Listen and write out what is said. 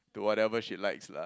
to whatever she likes lah